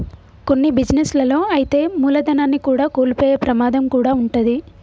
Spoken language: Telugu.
కొన్ని బిజినెస్ లలో అయితే మూలధనాన్ని కూడా కోల్పోయే ప్రమాదం కూడా వుంటది